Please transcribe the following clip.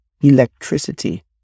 Electricity